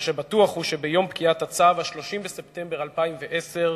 מה שבטוח, שביום פקיעת הצו, 30 בספטמבר 2010,